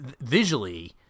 visually